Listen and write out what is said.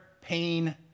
pain